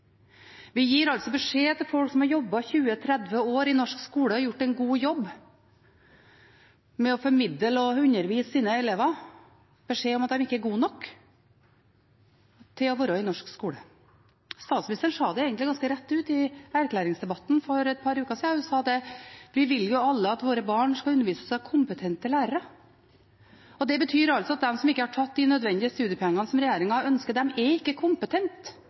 En gir altså beskjed til folk som har jobbet 20–30 år i norsk skole og har gjort en god jobb med å formidle og undervise sine elever, om at de ikke er gode nok til å være i norsk skole. Statsministeren sa egentlig ganske rett ut i erklæringsdebatten for et par uker siden at vi vil jo alle at våre barn skal undervises av kompetente lærere. Det betyr altså at de som ikke har tatt de nødvendige studiepoengene som regjeringen ønsker, ikke er kompetente, de er ikke